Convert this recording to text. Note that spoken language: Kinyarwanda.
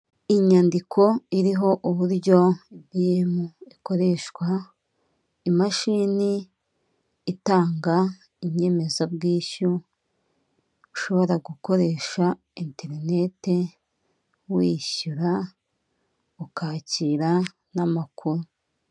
Inyandiko iriho uburyo ebiyemu ikoreshwa. Imashini itanga inyemezabwishyu ushobora gukoresha interineti wishyura ukakira n' amakuru.